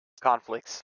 conflicts